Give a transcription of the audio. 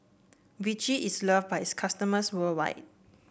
Vichy is loved by its customers worldwide